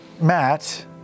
Matt